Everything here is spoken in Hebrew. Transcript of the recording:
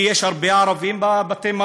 כי יש הרבה ערבים בבתי-המלון?